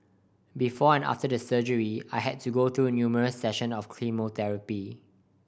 before and after the surgery I had to go through numerous session of chemotherapy